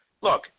Look